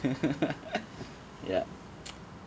yup